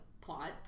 plot